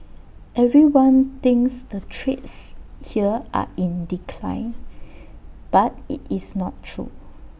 everyone thinks the trades here are in decline but IT is not true